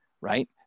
right